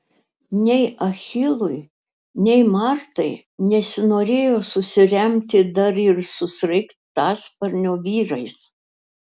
nei achilui nei martai nesinorėjo susiremti dar ir su sraigtasparnio vyrais